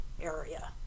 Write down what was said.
area